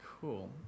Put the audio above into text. Cool